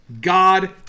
God